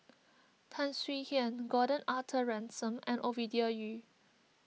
Tan Swie Hian Gordon Arthur Ransome and Ovidia Yu